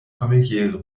familiäre